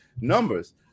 numbers